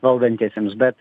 valdantiesiems bet